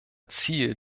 ziel